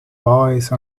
voice